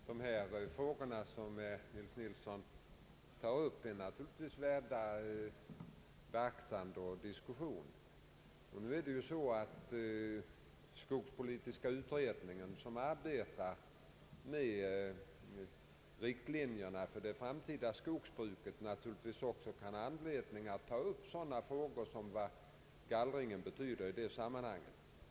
Herr talman! Dessa frågor som herr Nils Nilsson tar upp är naturligtvis värda beaktande och diskussion. Skogspolitiska utredningen, som arbetar med riktlinjerna för det framtida skogsbruket, kan också ha anledning att ta upp sådana frågor som gallringens betydelse.